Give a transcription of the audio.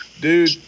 Dude